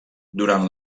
durant